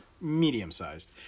Medium-sized